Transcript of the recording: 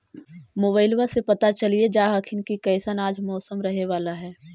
मोबाईलबा से पता चलिये जा हखिन की कैसन आज मौसम रहे बाला है?